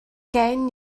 gen